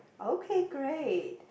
okay great